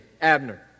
Abner